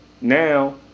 Now